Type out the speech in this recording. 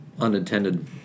unintended